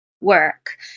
work